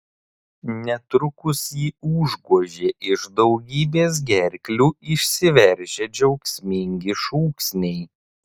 netrukus jį užgožė iš daugybės gerklių išsiveržę džiaugsmingi šūksniai